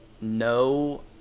No